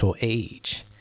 age